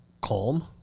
calm